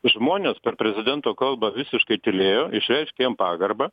žmonės per prezidento kalbą visiškai tylėjo išreiškė jam pagarbą